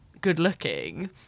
good-looking